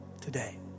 today